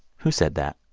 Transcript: who said that?